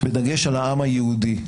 בדגש על העם היהודי.